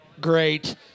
Great